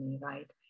right